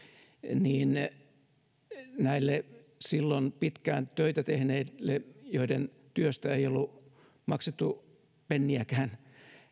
näille silloin pitkään töitä tehneille joiden työstä ei ollut maksettu penniäkään